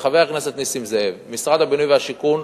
חבר הכנסת נסים זאב, משרד הבינוי והשיכון